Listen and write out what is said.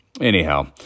anyhow